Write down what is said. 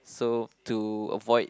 so to avoid